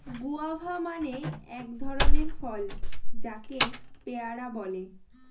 guava মানে এক ধরনের ফল যাকে পেয়ারা বলে